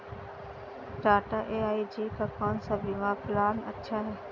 Tata AIG का कौन सा बीमा प्लान अच्छा है?